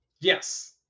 yes